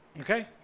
Okay